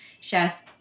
Chef